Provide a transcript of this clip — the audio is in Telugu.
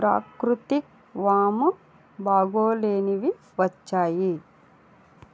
ప్రాకృతిక్ వాము బాగోలేనివి వచ్చాయి